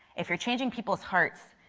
if you are changing people's hearts,